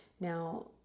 Now